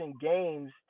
games